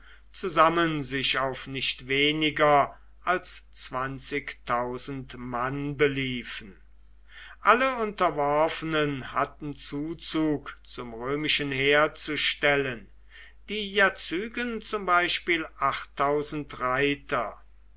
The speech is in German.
zusammen sich auf nicht weniger als zwanzig mann beliefen alle unterworfenen hatten zuzug zum römischen heer zu stellen die jazygen zum beispiel reiter